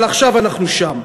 אבל עכשיו אנחנו שם.